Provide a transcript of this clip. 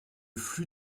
flux